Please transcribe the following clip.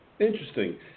Interesting